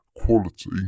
quality